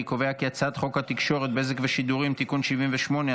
אני קובע כי הצעת חוק התקשורת (בזק ושידורים) (תיקון מס' 78),